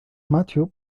matthew